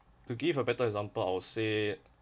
to give a better example I'll say